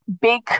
big